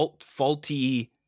faulty